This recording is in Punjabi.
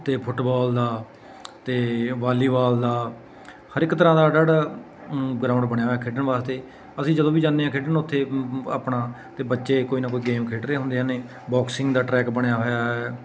ਅਤੇ ਫੁੱਟਬੋਲ ਦਾ ਅਤੇ ਵਾਲੀਬੋਲ ਦਾ ਹਰ ਇੱਕ ਤਰ੍ਹਾਂ ਦਾ ਅੱਡ ਅੱਡ ਗਰਾਊਂਡ ਬਣਿਆ ਹੋਇਆ ਖੇਡਣ ਵਾਸਤੇ ਅਸੀਂ ਜਦੋਂ ਵੀ ਜਾਂਦੇ ਹਾਂ ਖੇਡਣ ਉੱਥੇ ਆਪਣਾ ਤਾਂ ਬੱਚੇ ਕੋਈ ਨਾ ਕੋਈ ਗੇਮ ਖੇਡ ਰਹੇ ਹੁੰਦੇ ਨੇ ਬੋਕਸਿੰਗ ਦਾ ਟਰੈਕ ਬਣਿਆ ਹੋਇਆ ਹੈ